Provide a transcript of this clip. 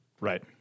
Right